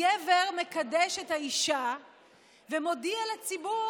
הגבר מקדש את האישה ומודיע לציבור